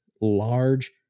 large